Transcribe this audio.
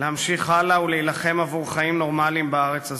להמשיך הלאה ולהילחם עבור חיים נורמליים בארץ הזאת.